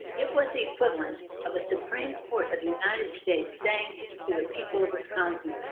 it was the equivalent of a supreme court of the united states saying to the people of wisconsin,